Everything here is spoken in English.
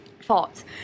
thoughts